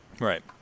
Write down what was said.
Right